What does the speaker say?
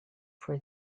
for